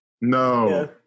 no